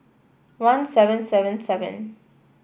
one seven seven seven